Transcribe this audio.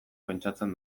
pentsatzen